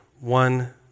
one